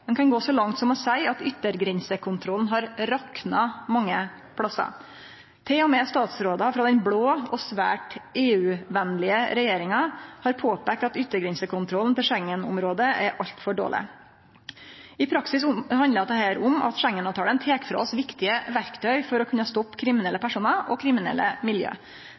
Ein kan gå så langt som å seie at yttergrensekontrollen har rakna mange plassar. Til og med statsrådar frå den blå og svært EU-venlege regjeringa har påpeikt at yttergrensekontrollen til Schengen-området er altfor dårleg. I praksis handlar dette om at Schengen-avtalen tek frå oss viktige verktøy for å kunne stoppe kriminelle personar og kriminelle miljø.